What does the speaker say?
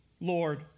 Lord